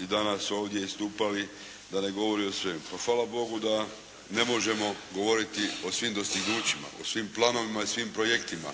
i danas ovdje istupali, da ne govori o svemu. Pa, hvala bogu da ne možemo govoriti o svim dostignućima, o svim planovima i svim projektima,